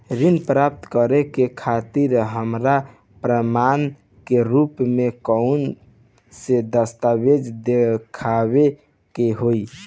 ऋण प्राप्त करे के खातिर हमरा प्रमाण के रूप में कउन से दस्तावेज़ दिखावे के होइ?